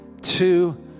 two